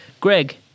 Greg